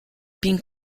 been